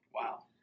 wow